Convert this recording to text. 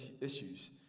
issues